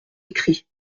écrit